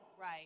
Right